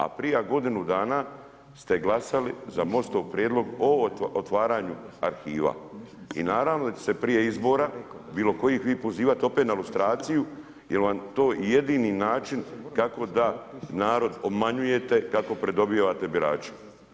A prije godinu dana ste glasali za MOST-ov prijedlog o otvaranju arhiva i naravno da će se prije izbora, bilo kojih, vi pozivat opet na lustraciju jer vam to i jedini način kako da narod obmanjujete, kako pridobivate birače.